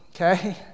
okay